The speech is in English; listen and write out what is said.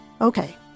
Okay